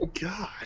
God